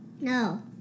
No